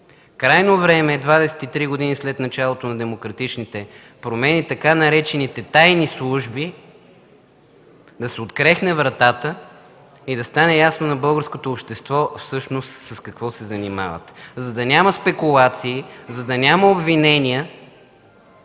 Крайно време е 23 години след началото на демократичните промени, така наречените „тайни служби”, да се открехне вратата и да стане ясно на българското общество всъщност с какво се занимават, за да няма спекулации, за да няма обвинения,